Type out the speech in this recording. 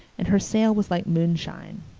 and her sail was like moonshine.